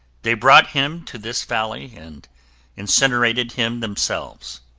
they brought him to this valley and incinerated him themselves.